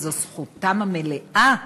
וזאת זכותם המלאה,